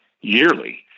yearly